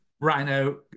rhino